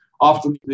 Often